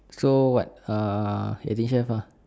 so what err eighteen chef ah